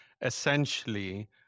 essentially